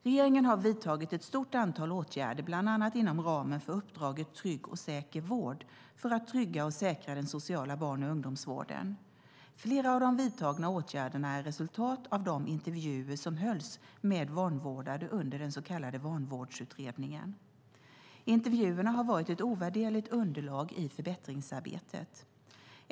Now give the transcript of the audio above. Regeringen har vidtagit ett stort antal åtgärder bland annat inom ramen för uppdraget Trygg och säker vård, för att trygga och säkra den sociala barn och ungdomsvården. Flera av de vidtagna åtgärderna är resultat av de intervjuer som hölls med vanvårdade under den så kallade Vanvårdsutredningen. Intervjuerna har varit ett ovärderligt underlag i förbättringsarbetet.